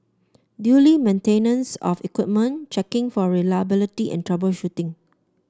maintenance of equipment checking for reliability and troubleshooting